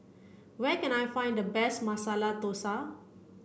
where can I find the best Masala Dosa